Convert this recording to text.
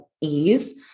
Ease